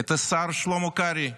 את השר שלמה קרעי,